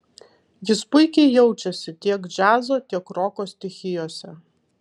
jis puikiai jaučiasi tiek džiazo tiek roko stichijose